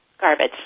garbage